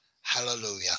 Hallelujah